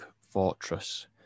fortress